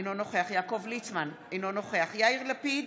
אינו נוכח יעקב ליצמן, אינו נוכח יאיר לפיד,